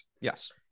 Yes